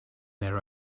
their